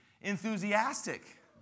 enthusiastic